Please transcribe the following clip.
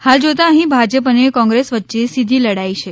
હાલ જોતા અહીં ભાજપ અને કોંગ્રેસ વચ્ચે સીધી લડાઈ છે